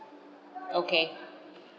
okay